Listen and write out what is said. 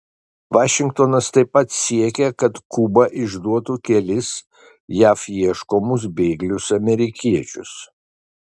vašingtonas taip pat siekia kad kuba išduotų kelis jav ieškomus bėglius amerikiečius